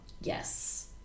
Yes